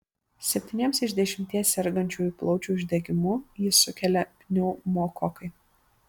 septyniems iš dešimties sergančiųjų plaučių uždegimu jį sukelia pneumokokai